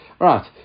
Right